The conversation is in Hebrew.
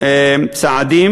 כמה צעדים.